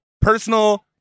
personal